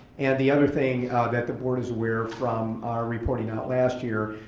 and the other thing that the board is aware, from our reporting out last year,